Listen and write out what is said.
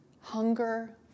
hunger